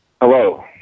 Hello